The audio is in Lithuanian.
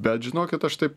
bet žinokit aš taip